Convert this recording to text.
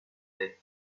têtes